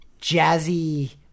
jazzy